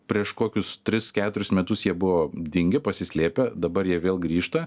prieš kokius tris keturis metus jie buvo dingę pasislėpę dabar jie vėl grįžta